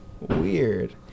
weird